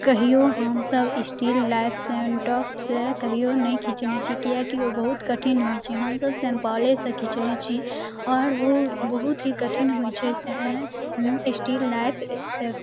कहियो हमसभ still life सेन्टोप से कहियो नइ खिचने छी किएकि ओ बहुत कठिन होइ छै हमसभ सम्पले सँ खिचने छी आओर ओ बहुत ही कठिन होइ छै स्टील लाइफसँ